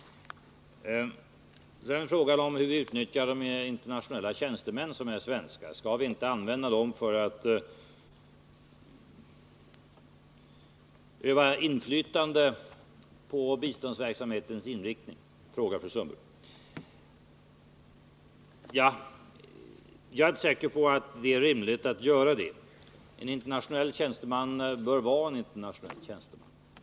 Så till frågan om hur vi utnyttjar de svenskar som arbetar som internationella tjänstemän. Skall vi inte använda dem för att öva inflytande på biståndsverksamhetens inriktning? frågar fru Sundberg. Jag är inte säker på att det är rimligt att göra detta. En internationell tjänsteman bör vara en internationell tjänsteman.